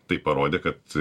tai parodė kad